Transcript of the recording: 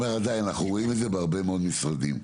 עדיין אנחנו רואים את זה בהרבה מאוד משרדים.